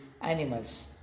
animals